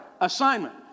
assignment